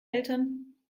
eltern